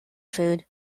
food